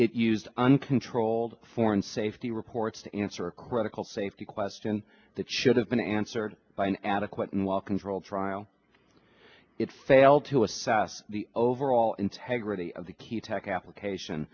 it used uncontrolled foreign safety reports to answer a credible safety question that should have been answered by an adequate and well controlled trial it failed to assess the overall integrity of the key tech application